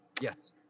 Yes